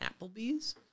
Applebee's